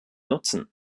nutzen